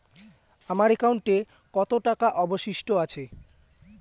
আমার একাউন্টে কত টাকা অবশিষ্ট আছে?